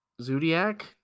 zodiac